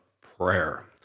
prayer